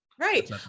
Right